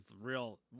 real